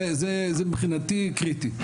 זה מבחינתי קריטי.